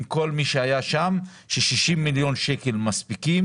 עם כל מי שהיה שם - ש-60 מיליון שקלים מספיקים